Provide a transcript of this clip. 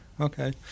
Okay